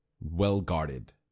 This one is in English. well-guarded